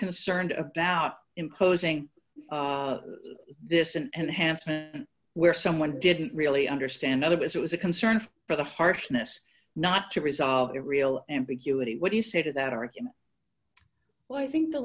concerned about imposing this an enhancement where someone didn't really understand that it was a concern for the harshness not to resolve a real ambiguity what do you say to that argument well i think the